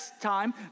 time